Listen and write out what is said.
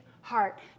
heart